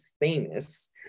famous